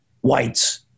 whites